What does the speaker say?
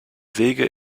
wege